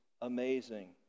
amazing